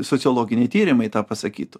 sociologiniai tyrimai tą pasakytų